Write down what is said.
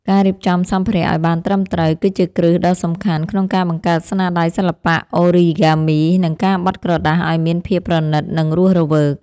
ការរៀបចំសម្ភារៈឱ្យបានត្រឹមត្រូវ គឺជាគ្រឹះដ៏សំខាន់ក្នុងការបង្កើតស្នាដៃសិល្បៈអូរីហ្គាមី និងការបត់ក្រដាសឱ្យមានភាពប្រណីត និងរស់រវើក។